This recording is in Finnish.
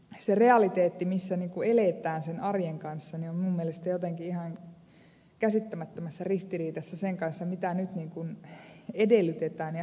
se realiteetti missä eletään sen arjen kanssa on minun mielestäni jotenkin ihan käsittämättömässä ristiriidassa sen kanssa mitä nyt edellytetään ja halutaan toteuttaa